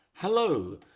Hello